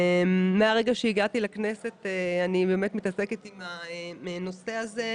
מרגע שהגעתי לכנסת אני באמת עוסקת בנושא הזה,